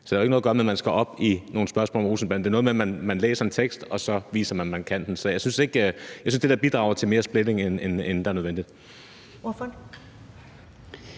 Så det har ikke noget at gøre med, at man skal op i nogle spørgsmål om Olsen-banden; det er noget med, at man læser en tekst og så viser, at man kan forstå den. Jeg synes, at det der bidrager til mere splittelse, end det er nødvendigt.